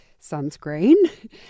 sunscreen